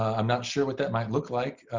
i'm not sure what that might look like.